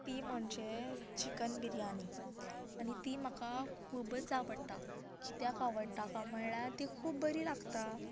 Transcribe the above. ती म्हणजे चिकन बिरयानी आनी ती म्हाका खुबच आवडटा कित्याक आवडटा काय म्हणल्यार ती खूब बरी लागता